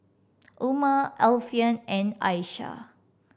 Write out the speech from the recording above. Umar Alfian and Aisyah